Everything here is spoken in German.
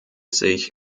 sich